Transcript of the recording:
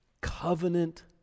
covenant